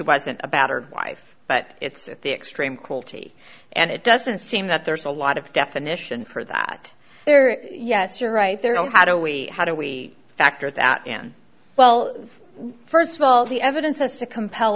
wasn't a battered wife but it's at the extreme cruelty and it doesn't seem that there's a lot of definition for that there yes you're right there on how do we how do we factor that in well first of all the evidence has to compel